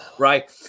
Right